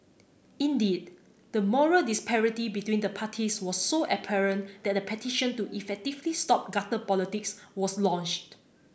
indeed the moral disparity between the parties was so apparent that a petition to effectively stop gutter politics was launched